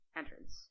entrance